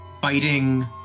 fighting